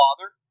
father